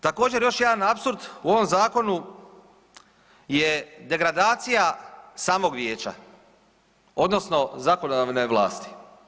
Također još jedan apsurd, u ovom zakonu je degradacija samog vijeća odnosno zakonodavne vlasti.